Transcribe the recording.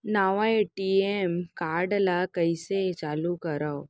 नवा ATM card ल कइसे चालू करव?